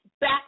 back